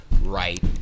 right